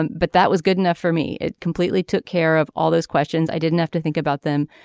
but that was good enough for me. it completely took care of all those questions. i didn't have to think about them.